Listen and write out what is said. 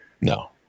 No